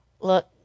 Look